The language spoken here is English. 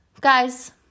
guys